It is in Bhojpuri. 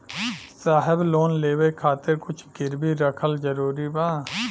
साहब लोन लेवे खातिर कुछ गिरवी रखल जरूरी बा?